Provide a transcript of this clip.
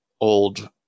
old